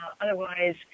otherwise